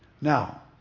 Now